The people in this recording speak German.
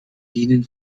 dienen